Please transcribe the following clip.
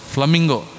Flamingo